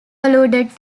alluded